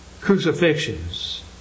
crucifixions